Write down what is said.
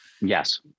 Yes